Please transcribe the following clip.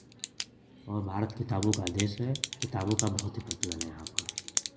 और भारत किताबों का देश है किताबों का बहुत ही प्रचलन है यहाँ पर